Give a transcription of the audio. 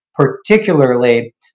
particularly